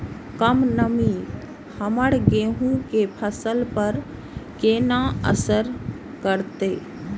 कम नमी हमर गेहूँ के फसल पर केना असर करतय?